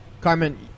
Carmen